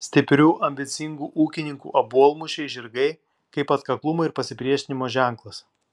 stiprių ambicingų ūkininkų obuolmušiai žirgai kaip atkaklumo ir pasipriešinimo ženklas